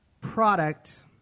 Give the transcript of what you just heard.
product